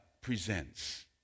presents